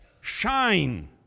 Shine